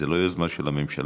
זו לא יוזמה של הממשלה,